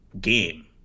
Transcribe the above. game